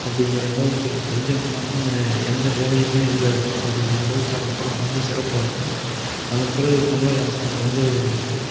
அப்படிங்கிற அளவுக்கு லஞ்சம் இல்லாமல் எந்த வேலையுமே இல்லை அப்படிங்கிற அளவுக்கு அந்த படம் ரொம்ப சிறப்பாக இருக்கும் அதன் பிறகு கமலஹாசன் வந்து